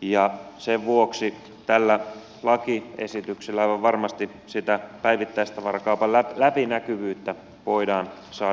ja sen vuoksi tällä lakiesityksellä aivan varmasti sitä päivittäistavarakaupan läpinäkyvyyttä voidaan saada lisää